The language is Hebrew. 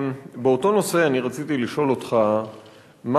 באותו נושא אני רצית לשאול אותך מה